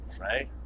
right